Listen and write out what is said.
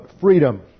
freedom